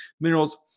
minerals